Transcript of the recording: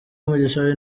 umugisha